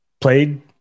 Played